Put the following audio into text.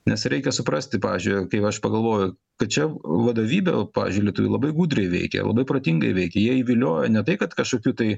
nes reikia suprasti pavyzdžiui kai aš pagalvoju kad čia vadovybė va pavyzdžiui lietuviai labai gudriai veikė labai protingai veikė jie įviliojo ne tai kad kažkokiu tai